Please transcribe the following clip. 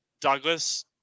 Douglas